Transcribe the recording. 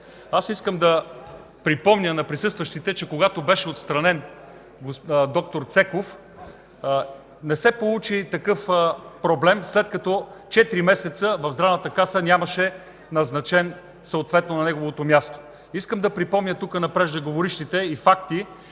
Искам да припомня на присъстващите, че когато беше отстранен д-р Цеков, не се получи такъв проблем, след като четири месеца в Здравната каса нямаше назначен на неговото място. Искам да припомня на преждеговорившите и факти,